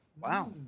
wow